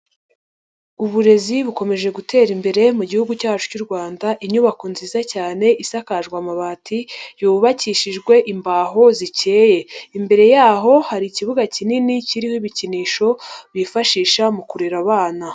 Uburezi bukomeje gutera imbere mu gihugu cyacu cy'u Rwanda, inyubako nziza cyane, isakaje amabati, yubakishijwe imbaho zikeye. Imbere yaho hari ikibuga kinini kiriho ibikinisho, bifashisha mu kurera abana.